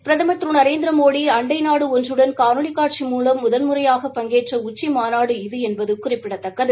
பிரதமர் திரு நரேந்திரமோடி அண்டை நாடு ஒன்றுடன் காணொலி காட்சி மூலம் முதல் முறையாக பங்கேற்றிருப்பது இந்த உச்சிமாநாடு என்பது குறிப்பிடத்தக்கது